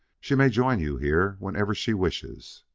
she may join you here whenever she wishes.